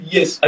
Yes